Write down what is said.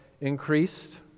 increased